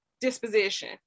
disposition